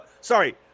sorry